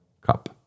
cup